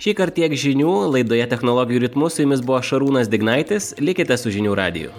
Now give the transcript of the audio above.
šįkart tiek žinių laidoje technologijų ritmu su jumis buvo šarūnas dignaitis likite su žinių radiju